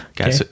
okay